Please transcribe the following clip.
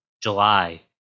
July